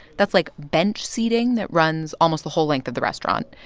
that's, like, bench seating that runs almost the whole length of the restaurant.